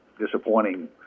disappointing